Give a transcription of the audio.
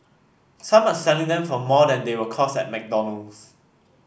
some are selling them for more than they will cost at McDonald's